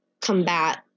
combat